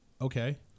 Okay